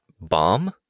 bomb